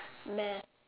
math